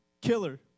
Killer